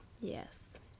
Yes